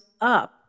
up